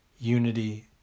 unity